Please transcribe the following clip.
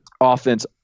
offense